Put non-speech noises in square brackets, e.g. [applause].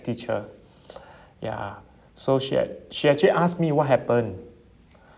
teacher [breath] ya so she'd she actually asked me what happened